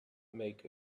make